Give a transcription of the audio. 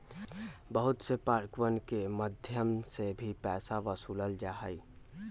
बहुत से पार्कवन के मध्यम से भी पैसा वसूल्ल जाहई